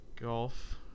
golf